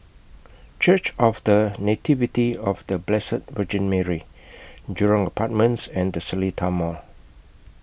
Church of The Nativity of The Blessed Virgin Mary Jurong Apartments and The Seletar Mall